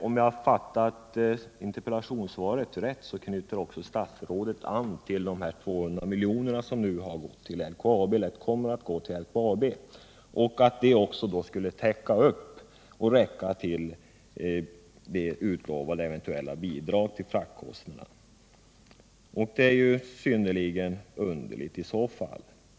Om jag fattat interpellationssvaret rätt knyter statsrådet också an till de här 200 miljonerna som nu kommer att gå till LKAB och antyder att det också skulle täcka det bidrag till fraktkostnader som ställts i utsikt. Det vore i så fall synnerligen underligt.